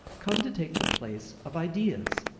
come to take the place of ideas.